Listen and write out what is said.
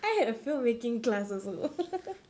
I had a filmmaking class also